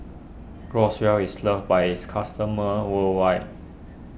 Groswell is loved by its customers worldwide